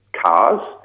cars